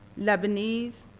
lebanese,